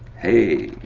hey,